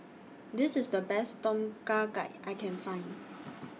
This IS The Best Tom Kha Gai I Can Find